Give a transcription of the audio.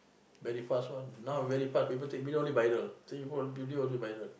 very fast one now very fast people take video only viral take people video also viral